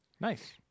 Nice